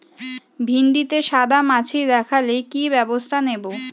ভিন্ডিতে সাদা মাছি দেখালে কি ব্যবস্থা নেবো?